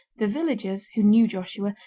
the villagers, who knew joshua,